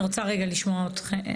אני רוצה רגע לשמוע אתכם.